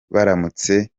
baramutse